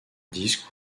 disques